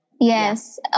Yes